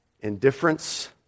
Indifference